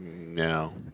No